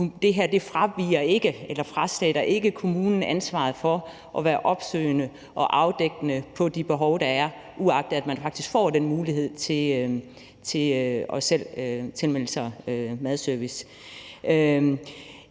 at det her ikke fratager kommunen ansvaret for at være opsøgende og afdækkende i forhold til de behov, der er, uagtet at man faktisk får mulighed for selv at tilmelde sig madservice.